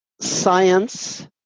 science